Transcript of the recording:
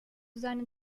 seinen